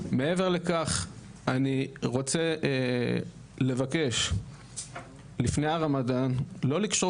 מעבר לכך אני רוצה לבקש לפני הרמדאן לא לקשור